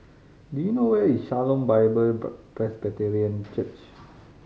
do you know where is Shalom Bible Presbyterian Church